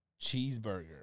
cheeseburger